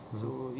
mm